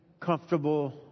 comfortable